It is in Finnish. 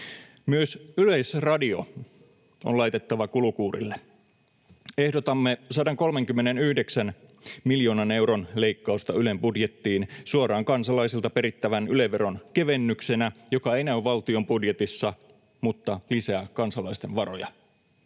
Myös Yleisradio on laitettava kulukuurille. Ehdotamme 139 miljoonan euron leikkausta Ylen budjettiin suoraan kansalaisilta perittävän Yle-veron kevennyksenä, joka ei näy valtion budjetissa mutta lisää kansalaisten varoja.